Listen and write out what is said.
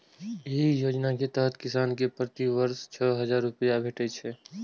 एहि योजना के तहत किसान कें प्रति वर्ष छह हजार रुपैया भेटै छै